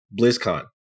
BlizzCon